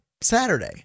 Saturday